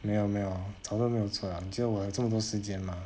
没有没有早就没有做 liao 你觉得我有这么多时间吗